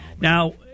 Now